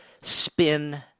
spin